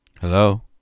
Hello